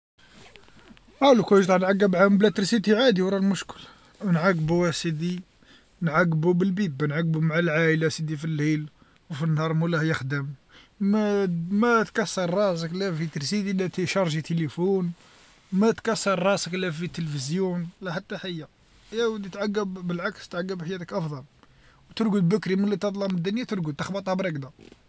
أه لوكان جيت راح نعقب عام بلى تريسينتي عادي وين راه المشكل، نعقبو أسيدي نعقبو بالبيب نعقبو مع العايله أسيدي في الليل و في النهار مولاه يخدم، ما ما تكسر راسك لا في تريسينتي لا في تيشارجي تيليفون، متكسر راسك لا لي تليفزيون لا حتى حيا، يا ودي تعقب بالعكس تقعب حياتك أفضل و ترقد بكري ملي تظلم الدنيا أرقد تخبطها برقدا.